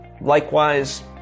likewise